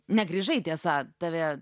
negrįžai tiesa tave